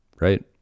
right